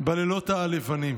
בלילות הלבנים.